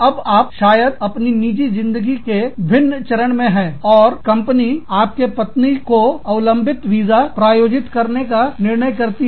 अब आप शायद अपनी निजी जिंदगी के किसी भिन्न चरण में है और कंपनी आपके पत्नी को अवलंबित वीजा प्रायोजित करने का निर्णय करती है